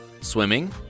Swimming